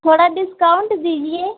थोड़ा डिस्कॉउंट दीजिए